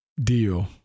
deal